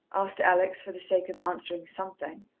asked alex, for the sake of answering something.